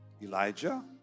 Elijah